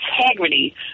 integrity